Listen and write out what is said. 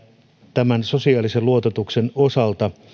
tämän sosiaalisen luototuksen osalta